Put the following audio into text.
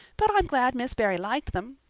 but i'm glad miss barry liked them.